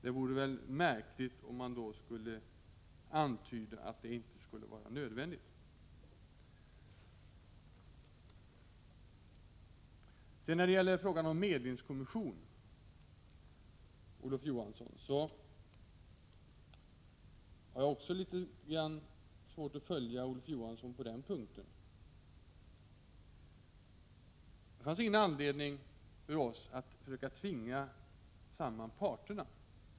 Det vore väl märkligt om man då antydde att det inte skulle vara nödvändigt. Sedan till frågan om medlingskommissionen, Olof Johansson. Jag har litet svårt att följa Olof Johansson också på den punkten. Det fanns ingen anledning för oss att försöka tvinga samman parterna.